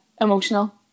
emotional